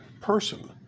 person